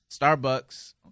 Starbucks